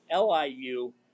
LIU